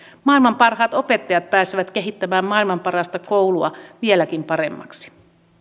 maailman parhaat opettajat pääsevät kehittämään maailman parasta koulua vieläkin paremmaksi